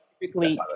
typically